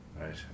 Right